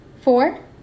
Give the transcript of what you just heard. Four